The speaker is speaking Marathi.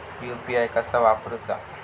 यू.पी.आय कसा वापरूचा?